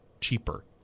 cheaper